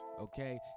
okay